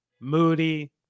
moody